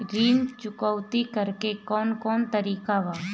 ऋण चुकौती करेके कौन कोन तरीका बा?